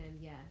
yes